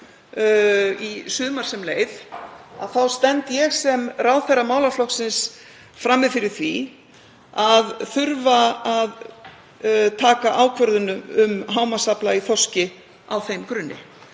í sumar sem leið, stend ég sem ráðherra málaflokksins frammi fyrir því að þurfa að taka ákvörðun um hámarksafla í þorski á þeim grunni.